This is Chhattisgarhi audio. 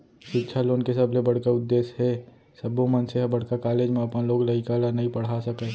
सिक्छा लोन के सबले बड़का उद्देस हे सब्बो मनसे ह बड़का कॉलेज म अपन लोग लइका ल नइ पड़हा सकय